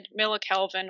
millikelvin